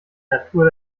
natur